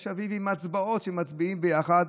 יש אביב עם ההצבעות שמצביעים ביחד,